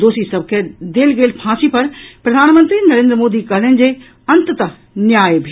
दोषी सभ के देल गेल फांसी पर प्रधानमंत्री नरेन्द्र मोदी कहलनि जे अंततः न्याय भेल